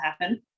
happen